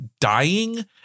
dying